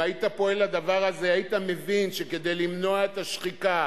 אם היית פועל לדבר הזה היית מבין שכדי למנוע את השחיקה